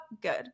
good